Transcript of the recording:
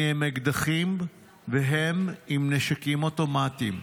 אני עם אקדחים והם עם נשקים אוטומטיים.